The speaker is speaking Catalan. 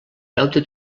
deute